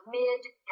mid-